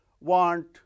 want